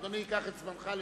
אדוני, קח את זמנך לסיים.